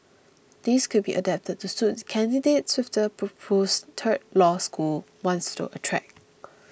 these could be adapted to suit the candidates which the proposed third law school wants to attract